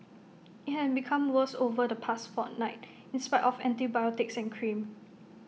IT had become worse over the past fortnight in spite of antibiotics and cream